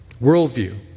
worldview